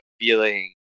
feeling